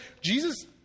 Jesus